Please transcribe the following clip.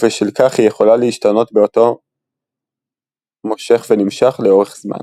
ובשל כך היא יכולה להשתנות באותו מושך ונמשך לאורך זמן.